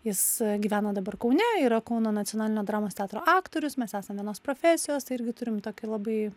jis gyvena dabar kaune yra kauno nacionalinio dramos teatro aktorius mes esam vienos profesijos tai irgi turim tokį labai